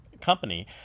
company